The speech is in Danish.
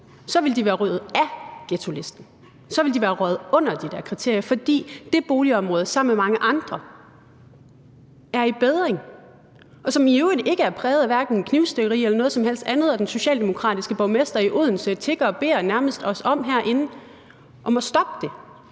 ville de være røget af ghettolisten, og de ville være røget under de der kriterier, fordi det boligområde sammen med mange andre er i bedring. De er i øvrigt hverken præget af knivstikkeri eller noget som helst andet, og den socialdemokratiske borgmester i Odense nærmest tigger og beder os herinde om at stoppe det.